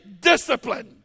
discipline